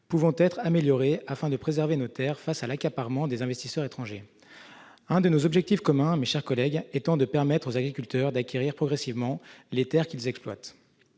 doit être amélioré pour mieux préserver nos terres face à l'accaparement par des investisseurs étrangers. L'un de nos objectifs communs, mes chers collègues, étant de permettre aux agriculteurs d'acquérir progressivement les terres qu'ils exploitent,